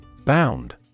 Bound